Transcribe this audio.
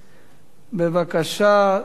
בבקשה.